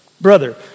brother